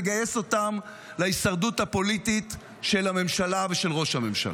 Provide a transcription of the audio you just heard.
לגייס אותם להישרדות הפוליטית של הממשלה ושל ראש הממשלה.